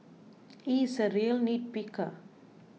he is a real nitpicker